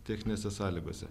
techninėse sąlygose